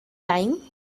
time